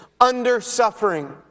under-suffering